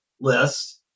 list